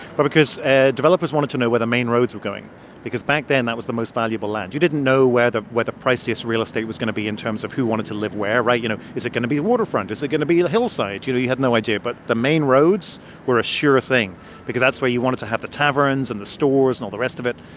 but because ah developers wanted to know where the main roads were going because back then, that was the most valuable land. you didn't know where the where the priciest real estate was going to be in terms of who wanted to live where, right? you know, is it going to be a waterfront? is it going to be the hillside? you know, you had no idea. but the main roads were a sure thing because that's where you wanted to have the taverns and the stores and all the rest of it.